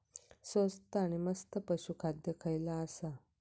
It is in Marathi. स्वस्त आणि मस्त पशू खाद्य खयला आसा?